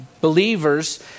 believers